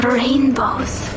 rainbows